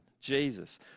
jesus